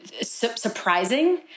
surprising